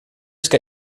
ska